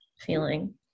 feeling